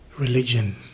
Religion